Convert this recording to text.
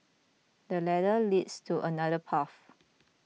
the ladder leads to another path